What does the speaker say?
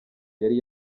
yari